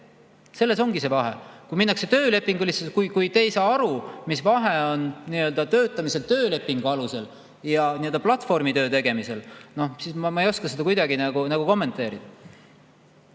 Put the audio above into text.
Selles ongi see vahe. Kui te ei saa aru, mis vahe on töötamisel töölepingu alusel ja platvormitöö tegemisel, siis ma ei oska seda kuidagi kommenteerida.